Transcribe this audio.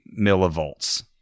millivolts